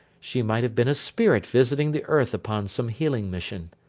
she might have been a spirit visiting the earth upon some healing mission.